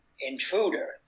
intruder